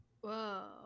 Whoa